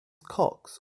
cox